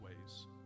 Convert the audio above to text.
ways